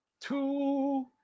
two